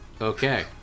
Okay